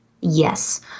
Yes